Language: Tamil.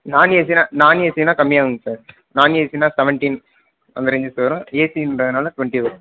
நான் ஏசின்னா நான் ஏசின்னா கம்மியாவுங்க சார் நான் ஏஸின்னா செவன்டீன் அந்த ரேஞ்சஸ்ல வரும் ஏசின்றதுனால் ட்வெண்ட்டி வரும்